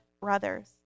brothers